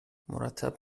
مرتب